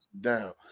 down